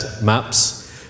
maps